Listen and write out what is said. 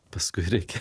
paskui reikia